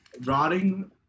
rotting